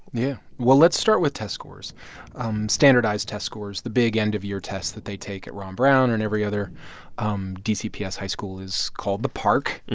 yeah. well, let's start with test scores um standardized test scores, the big, end-of-year tests that they take at ron brown and every other um dcps high school is called the parcc. and